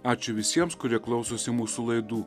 ačiū visiems kurie klausosi mūsų laidų